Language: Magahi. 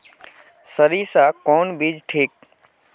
सरीसा कौन बीज ठिक?